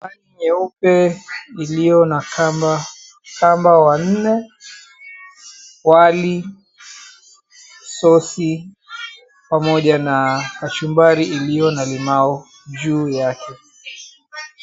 Sahani nyeupe iliyo na kamba kamba wanne, wali, sosi pamoja na kachumbari iliyo na limau juu yake.